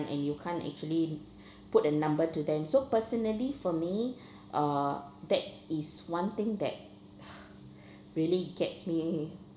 and you can't actually put a number to them so personally for me uh that is one thing that really gets me